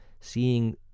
seeing